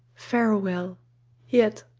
farewell yet,